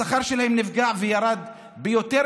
השכר שלהם נפגע וירד ביותר